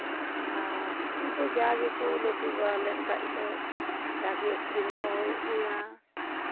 ᱟᱨ ᱩᱱᱠᱩ ᱡᱟ ᱜᱮᱠᱚ ᱞᱟᱹᱴᱩ ᱵᱟᱲᱟ ᱞᱮᱱᱠᱷᱟᱱ ᱫᱚ ᱡᱟᱜᱮ ᱟᱹᱠᱷᱨᱤᱧ ᱦᱚᱸ ᱦᱩᱭᱩᱜ ᱜᱮᱭᱟ